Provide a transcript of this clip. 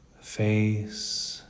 face